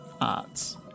arts